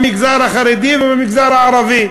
במגזר החרדי ובמגזר הערבי.